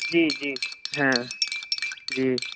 جی جی ہاں جی